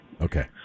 Okay